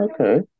okay